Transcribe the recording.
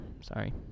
Sorry